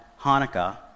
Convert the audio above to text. Hanukkah